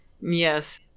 Yes